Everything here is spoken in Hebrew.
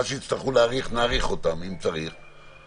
מה שיצטרכו להאריך נאריך, אם צריך.